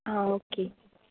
आं ओके